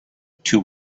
two